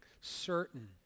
certain